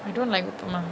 I don't like uppuma